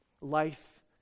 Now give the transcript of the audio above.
Life